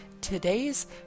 today's